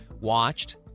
watched